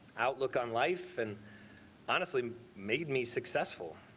outlook on life. and honestly made me successful.